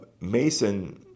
Mason